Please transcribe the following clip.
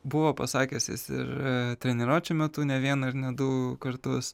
buvo pasakęs jis ir treniruočių metu ne vieną ir ne du kartus